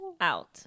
out